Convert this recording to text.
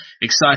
exciting